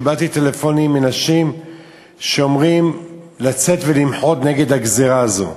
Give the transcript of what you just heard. קיבלתי טלפונים מאנשים שאומרים לצאת ולמחות נגד הגזירה הזו,